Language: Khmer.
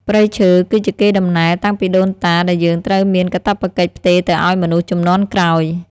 ព្រៃឈើ គឺជាកេរដំណែលតាំងពីដូនតាដែលយើងត្រូវមានកាតព្វកិច្ចផ្ទេរទៅឱ្យមនុស្សជំនាន់ក្រោយ។